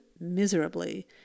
miserably